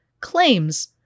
claims